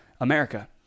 America